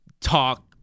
talk